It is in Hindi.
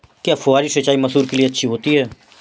क्या फुहारी सिंचाई मसूर के लिए अच्छी होती है?